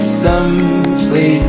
simply